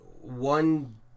one